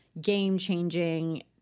game-changing